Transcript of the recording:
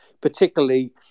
particularly